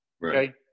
right